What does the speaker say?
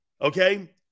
Okay